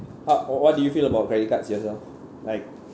pak w~ what do you feel about credit cards yourself like